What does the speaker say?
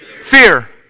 Fear